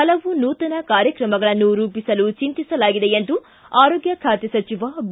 ಹಲವು ನೂತನ ಕಾರ್ಯಕ್ರಮಗಳನ್ನು ರೂಪಿಸಲು ಚಿಂತಿಸಲಾಗಿದೆ ಎಂದು ಆರೋಗ್ಯ ಖಾತೆ ಸಚಿವ ಬಿ